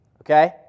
Okay